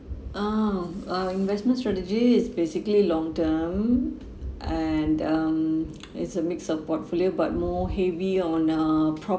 oh uh investment strategy is basically long term and um it's a mix of portfolio but more heavy on uh